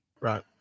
right